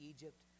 Egypt